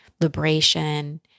liberation